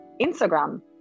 Instagram